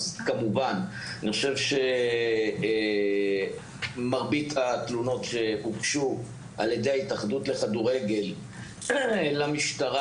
אני חושב שמרבית התלונות שהוגשו על יד ההתאחדות לכדורגל למשטרה